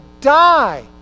die